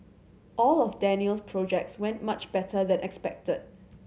all of Daniel's projects went much better than expected